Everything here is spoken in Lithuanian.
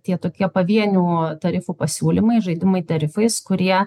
tie tokie pavienių tarifų pasiūlymai žaidimai tarifais kurie